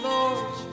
Lord